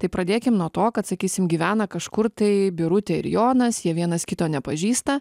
tai pradėkim nuo to kad sakysim gyvena kažkur tai birutė ir jonas jie vienas kito nepažįsta